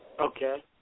Okay